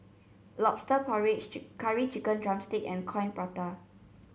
Lobster Porridge Curry Chicken drumstick and Coin Prata